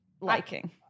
liking